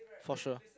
for sure